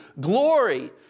glory